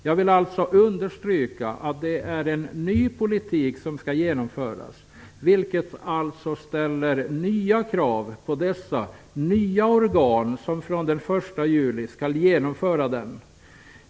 Jag vill alltså understryka att det är en ny politik som skall genomföras, vilket ställer nya krav på dessa nya organ som från den 1 juli skall genomföra den.